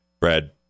Brad